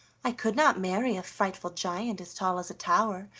i could not marry a frightful giant as tall as a tower,